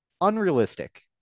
unrealistic